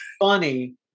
Funny